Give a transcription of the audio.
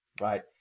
right